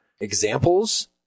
Examples